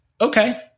Okay